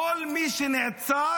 כל מי שנעצר,